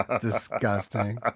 Disgusting